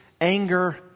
anger